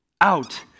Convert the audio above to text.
out